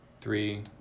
three